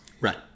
right